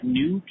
new